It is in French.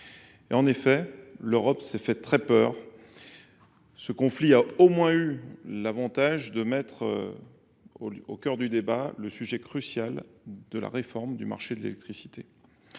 L’Europe s’est fait peur : ce conflit aura au moins eu l’avantage de mettre au cœur du débat le sujet crucial de la réforme du marché de l’électricité.